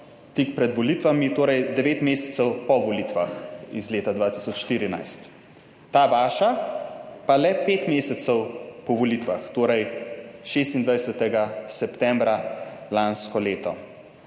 tik pred volitvami, torej devet mesecev po volitvah leta 2014, ta vaša pa le pet mesecev po volitvah, torej 26. septembra lansko leto.